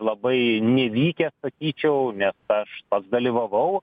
labai nevykęs sakyčiau nes aš pats dalyvavau